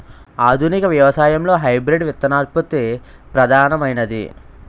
ఆధునిక వ్యవసాయంలో హైబ్రిడ్ విత్తనోత్పత్తి ప్రధానమైనది